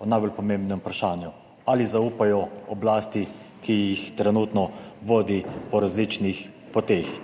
o najbolj pomembnem vprašanju; ali zaupajo oblasti, ki jih trenutno vodi po različnih poteh?